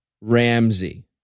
Ramsey